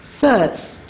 first